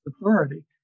authority